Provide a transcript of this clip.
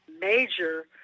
major